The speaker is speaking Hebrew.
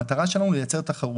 המטרה שלנו היא לייצר תחרות,